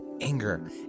anger